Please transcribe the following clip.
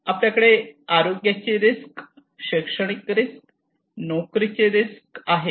तर आपल्याकडे आरोग्याची रिस्क शैक्षणिक रिस्क नोकरीची रिस्क आहे